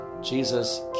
Jesus